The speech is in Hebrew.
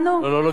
לא גיבוב.